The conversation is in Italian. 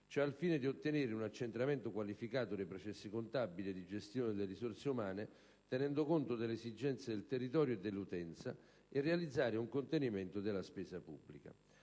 Ciò al fine di ottenere un accentramento qualificato dei processi contabili e di gestione delle risorse umane, tenendo conto delle esigenze del territorio e dell'utenza, e realizzare un contenimento della spesa pubblica.